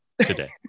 today